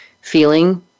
feeling